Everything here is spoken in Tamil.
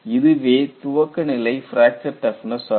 இதுவே துவக்கநிலை பிராக்சர் டப்னஸ் ஆகும்